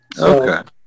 Okay